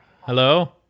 hello